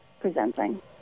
presenting